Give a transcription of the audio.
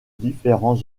différents